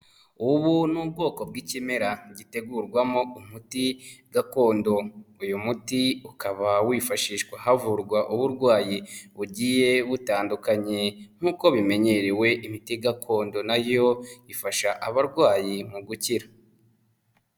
Ubu ni ubwoko bw'ikimera gitegurwamo umuti gakondo, uyu muti ukaba wifashishwa havurwa uburwayi bugiye butandukanye nk'uko bimenyerewe imiti gakondo na yo ifasha abarwayi mu gukira.